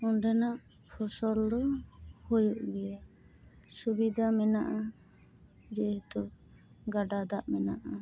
ᱚᱸᱰᱮᱱᱟᱜ ᱯᱷᱚᱥᱚᱞ ᱫᱚ ᱦᱩᱭᱩᱜ ᱜᱮᱭᱟ ᱥᱩᱵᱤᱫᱟ ᱢᱮᱱᱟᱜᱼᱟ ᱡᱮᱦᱮᱛᱩ ᱜᱟᱰᱟ ᱫᱟᱜ ᱢᱮᱱᱟᱜᱼᱟ